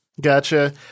Gotcha